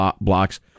blocks